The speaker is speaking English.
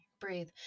breathe